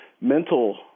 mental